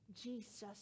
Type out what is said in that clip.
Jesus